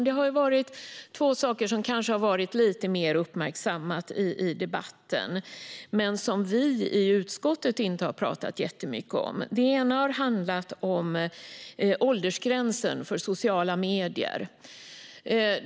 Det finns dock två saker som har varit uppmärksammade i debatten men som vi i utskottet inte har talat särskilt mycket om. Den ena gäller åldersgränsen för sociala medier.